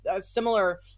similar